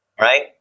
right